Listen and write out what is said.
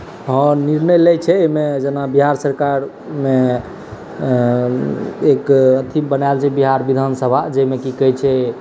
हँ निर्णय लै छै एहिमे जेना बिहार सरकारमे एक एथी बनाएल छै बिहार विधानसभा जाहिमे की कहैत छै